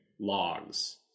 logs